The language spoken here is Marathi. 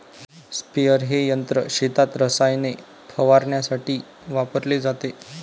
स्प्रेअर हे यंत्र शेतात रसायने फवारण्यासाठी वापरले जाते